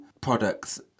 products